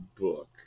book